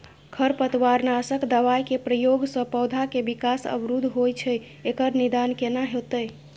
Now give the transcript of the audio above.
खरपतवार नासक दबाय के प्रयोग स पौधा के विकास अवरुध होय छैय एकर निदान केना होतय?